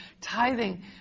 tithing